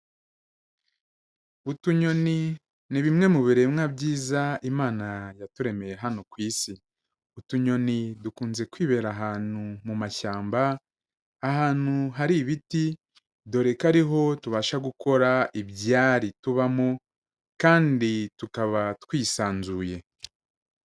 Utunyoni ni bimwe mu biremwa byiza imana yaturemeye hano ku isi, utunyoni dukunze kwibera ahantu mu mashyamba, ahantu hari ibiti dore ko ariho tubasha gukora ibyari tubamo kandi tukaba twisanzuye.